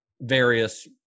various